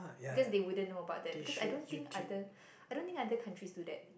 because they won't know about that because I don't think other I don't think other countries is do that